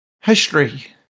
History